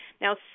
Now